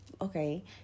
Okay